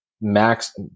max